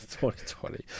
2020